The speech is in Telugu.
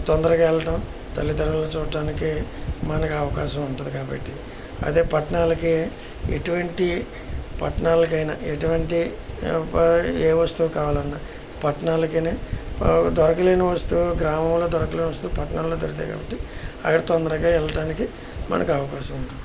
తొందరగా వెళ్ళడం తల్లిదండ్రులని చూడ్డానికి మనకి అవకాశం ఉంటుంది కాబట్టి అదే పట్టాణాలకి ఎటువంటి పట్టాణాలకి అయినా ఎటువంటి ఏ వస్తువు కావాలన్నా పట్నాలకి కని దొరకలేని వస్తువు గ్రామంలో దొరకలేని వస్తువు పట్టాణాలలో దొరుకుతాయి కాబట్టి అక్కడ తొందరగా వెళ్ళటానికి మనకి అవకాశం ఉంటుంది